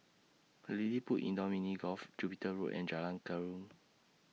LilliPutt Indoor Mini Golf Jupiter Road and Jalan Keruing